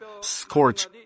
scorch